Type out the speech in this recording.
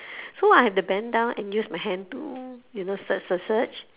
so I have to bend down and use my hand to you know search search search